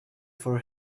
for